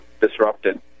disrupted